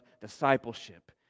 discipleship